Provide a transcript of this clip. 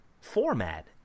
format